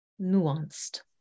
nuanced